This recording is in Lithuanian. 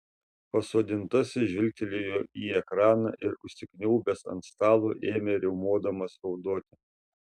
pasodintasis žvilgtelėjo į ekraną ir užsikniaubęs ant stalo ėmė riaumodamas raudoti